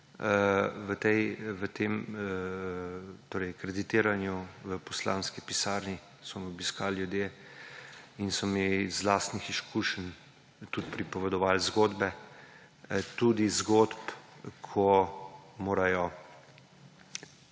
tem kreditiranju. V poslanski pisarni so me obiskali ljudje in so mi iz lastnih izkušenj pripovedovali zgodbe. Tudi zgodbe, ko morajo